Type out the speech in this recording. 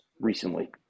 recently